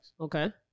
Okay